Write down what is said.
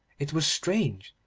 it was strange,